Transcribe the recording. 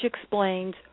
explains